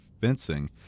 Fencing